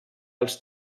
els